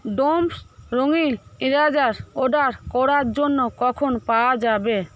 domes রঙিন eraser order করার জন্য কখন পাওয়া যাবে